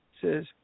says